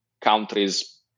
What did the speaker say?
countries